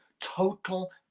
Total